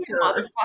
motherfucker